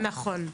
נכון.